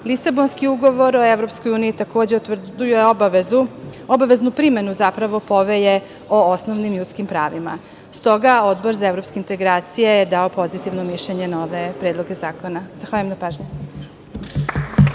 Lisabonski ugovor o EU takođe utvrđuje obaveznu primenu Povelje o osnovnim ljudskim pravima, stoga je Odbor za evropske integracije dao pozitivno mišljenje na ove predloge zakona. Hvala na pažnji.